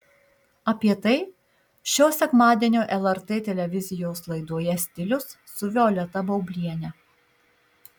apie tai šio sekmadienio lrt televizijos laidoje stilius su violeta baubliene